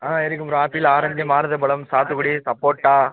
ஆ இருக்குது bro apple orange மாதுளம்பழம் சாத்துக்குடி சப்போட்டா